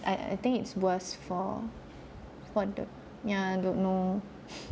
I I think it's worse for for the yeah don't know